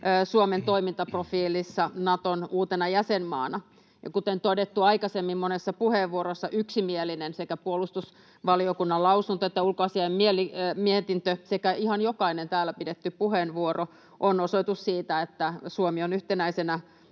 Suomen toimintaprofiilissa Naton uutena jäsenmaana. Ja kuten todettu aikaisemmin monessa puheenvuorossa, yksimielinen sekä puolustusvaliokunnan lausunto että ulkoasiainvaliokunnan mietintö sekä ihan jokainen täällä pidetty puheenvuoro ovat osoitus siitä, että Suomi on yhtenäisenä